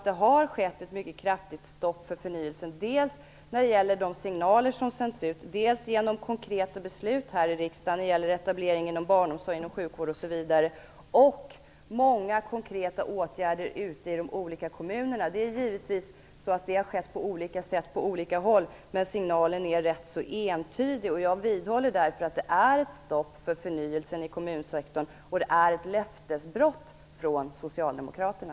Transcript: Det har skett ett mycket kraftigt stopp för förnyelsen dels när det gäller de signaler som sänds ut, dels genom konkreta beslut här i riksdagen när det gäller etablering inom barnomsorg, sjukvård osv. samt genom många konkreta åtgärder ute i de olika kommunerna. Det är givetvis så att det har skett på olika sätt på olika håll, men signalen är ganska entydig. Jag vidhåller därför att det är ett stopp för förnyelsen i kommunsektorn. Det är ett löftesbrott från socialdemokraterna.